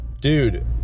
Dude